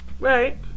Right